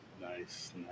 Nice